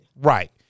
Right